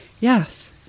Yes